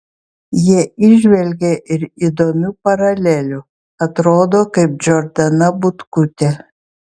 jie įžvelgė ir įdomių paralelių atrodo kaip džordana butkutė